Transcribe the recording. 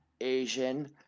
Asian